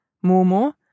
Momo